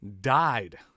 died